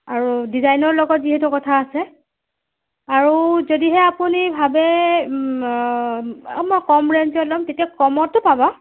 আৰু ডিজাইনৰ লগত যিহেতু কথা আছে আৰু যদিহে আপুনি ভাবে অ মই কম ৰেন্জত ল'ম তেতিয়া কমতো পাব